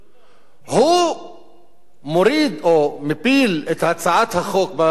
הוא מוריד או מפיל את הצעת החוק במליאה,